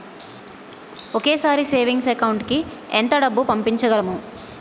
ఒకేసారి savings account కి ఎంత డబ్బు పంపించగలము?